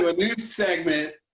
new segment.